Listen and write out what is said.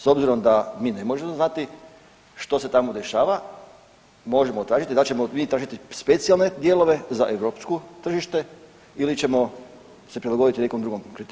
S obzirom da mi ne možemo znati što se tamo dešava možemo tražiti, dal ćemo mi tražiti specijalne dijelove za europsko tržište ili ćemo se prilagoditi nekom drugom kriteriju?